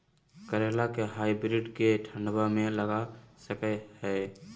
करेला के हाइब्रिड के ठंडवा मे लगा सकय हैय?